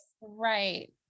Right